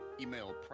Email